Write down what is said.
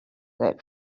that